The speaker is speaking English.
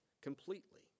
completely